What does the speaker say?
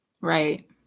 right